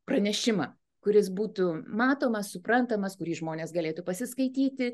pranešimą kuris būtų matomas suprantamas kurį žmonės galėtų pasiskaityti